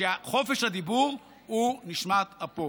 שחופש הדיבור הוא נשמת אפו.